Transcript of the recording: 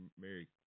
Mary